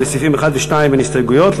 ולסעיפים 1 ו-2 אין הסתייגויות.